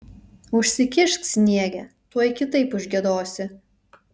užsikišk sniege tuoj kitaip užgiedosi